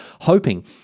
hoping